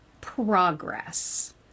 progress